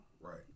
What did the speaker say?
Right